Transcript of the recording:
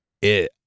It-